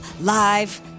live